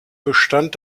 bestand